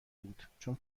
بود، چون